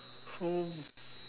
so